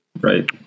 Right